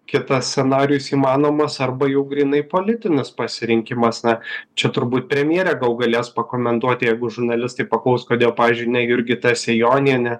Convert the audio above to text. kitas scenarijus įmanomas arba jau grynai politinis pasirinkimas na čia turbūt premjerė gal galės pakomentuoti jeigu žurnalistai paklaus kodėl pavyzdžiui ne jurgita sejonienė